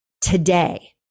today